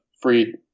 free